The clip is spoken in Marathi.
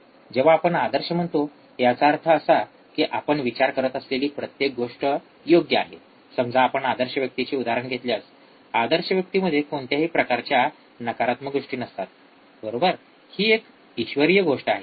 जेव्हा आपण आदर्श म्हणतो याचा अर्थ असा की आपण विचार करत असलेली प्रत्येक गोष्ट योग्य आहे समजा आपण आदर्श व्यक्तीचे उदाहरण घेतल्यास आदर्श व्यक्तीमध्ये कोणत्याही प्रकारच्या नकारात्मक गोष्टी नसतात बरोबर हि एक ईश्वरीय गोष्ट आहे